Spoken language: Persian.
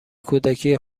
کودکی